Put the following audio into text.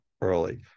early